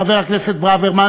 חבר הכנסת ברוורמן,